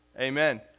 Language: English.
Amen